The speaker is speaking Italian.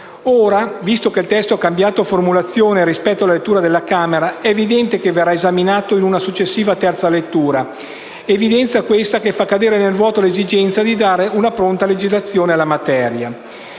Ora, visto che il testo ha cambiato formulazione rispetto alla lettura alla Camera, è evidente che verrà esaminato in una successiva terza lettura. Evenienza, questa, che fa cadere nel vuoto l'esigenza di dare una pronta legislazione alla materia.